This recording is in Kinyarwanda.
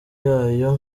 yayo